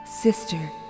Sister